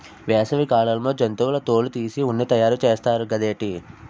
వేసవి కాలంలో జంతువుల తోలు తీసి ఉన్ని తయారు చేస్తారు గదేటి